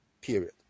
Period